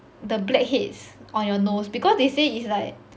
the blackheads on your nose because they say it's like